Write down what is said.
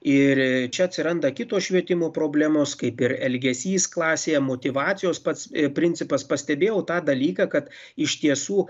ir čia atsiranda kitos švietimo problemos kaip ir elgesys klasėje motyvacijos pats principas pastebėjau tą dalyką kad iš tiesų